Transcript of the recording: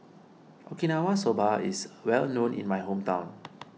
Okinawa Soba is well known in my hometown